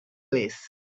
glaze